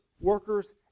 workers